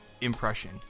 impression